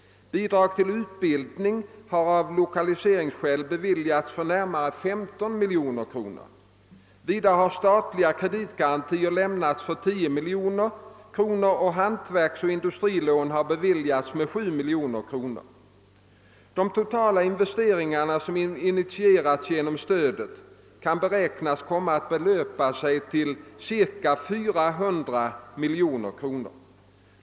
Bidrag till utbildning har av lokaliseringsskäl beviljats för närmare 15 miljoner kronor. Vidare har statliga kreditgarantier lämnats för 10 miljoner kronor och hantverksoch industrilån har beviljats med 7 miljoner kronor. De totala investeringar, som initieras genom stödet, kan beräknas komma att belöpa sig till cirka 400 miljoner kronor.